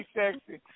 sexy